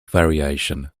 variation